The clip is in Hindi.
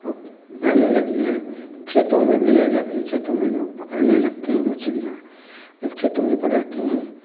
औ बहेने लगी हैं तो खेतों में भी आ जाती हैं खेतों में लोग पकड़ने लगते हैं मछलियाँ जब खेतों में पकड़ते हैं